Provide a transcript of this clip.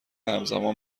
همزمان